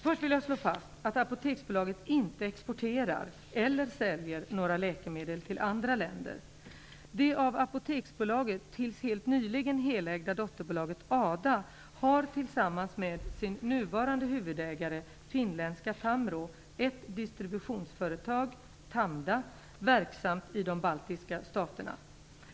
Först vill jag slå fast att Apoteksbolaget inte exporterar eller säljer några läkemedel till andra länder. Det av Apoteksbolaget tills helt nyligen helägda dotterbolaget ADA har tillsammans med sin nuvarande huvudägare, finländska Tamro, ett distributionsföretag, Tamda, verksamt i de baltiska staterna.